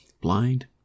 blind